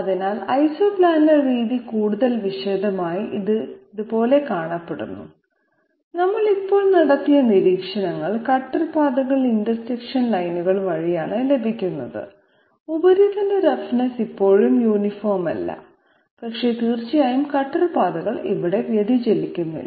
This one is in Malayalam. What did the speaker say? അതിനാൽ ഐസോപ്ലാനർ രീതി കൂടുതൽ വിശദമായി ഇത് ഇതുപോലെ കാണപ്പെടുന്നു നമ്മൾ ഇപ്പോൾ നടത്തിയ നിരീക്ഷണങ്ങൾ കട്ടർ പാതകൾ ഇന്റർസെക്ഷൻ ലൈനുകൾ വഴിയാണ് ലഭിക്കുന്നത് ഉപരിതല റഫ്നെസ്സ് ഇപ്പോഴും യൂണിഫോം അല്ല പക്ഷേ തീർച്ചയായും കട്ടർ പാതകൾ ഇവിടെ വ്യതിചലിക്കുന്നില്ല